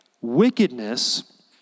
Wickedness